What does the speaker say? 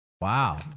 Wow